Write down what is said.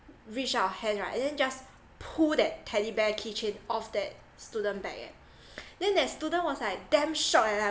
reach out her hand right and then just pull that teddy bear key chain off that student back eh then that student was like damn shocked like that ah